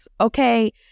okay